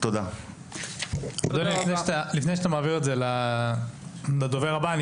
לפני שאתה ממשיך לדובר הבא,